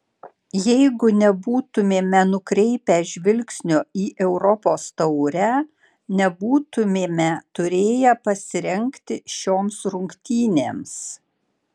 jeigu nebūtumėme nukreipę žvilgsnio į europos taurę nebūtumėme turėję pasirengti šioms rungtynėms